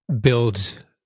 build